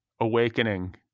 awakening